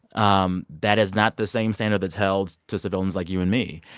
um that is not the same standard that's held to civilians like you and me.